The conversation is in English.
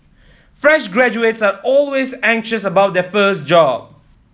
fresh graduates are always anxious about their first job